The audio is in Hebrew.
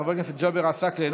חבר הכנסת אחמד טיבי,